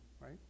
Right